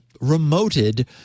remoted